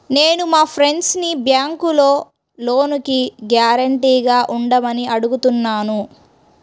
నేను మా ఫ్రెండ్సుని బ్యేంకులో లోనుకి గ్యారంటీగా ఉండమని అడుగుతున్నాను